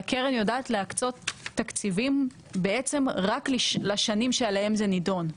שהקרן יודעת להקצות תקציבים בעצם רק לשנים שעליהן זה נידון.